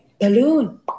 Balloon